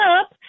up